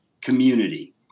community